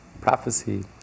Prophecy